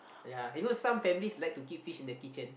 yea you know some families like to keep fish in the kitchen